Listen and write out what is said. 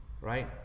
Right